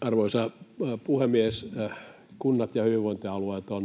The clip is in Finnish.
Arvoisa puhemies! Kunnat ja hyvinvointialueet ovat